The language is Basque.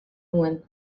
nuen